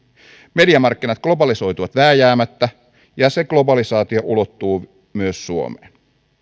mediamarkkinat globalisoituvat vääjäämättä ja se globalisaatio ulottuu myös suomeen